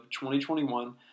2021